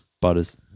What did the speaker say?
Butters